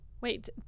wait